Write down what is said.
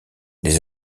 les